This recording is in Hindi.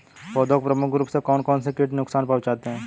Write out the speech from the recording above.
पौधों को प्रमुख रूप से कौन कौन से कीट नुकसान पहुंचाते हैं?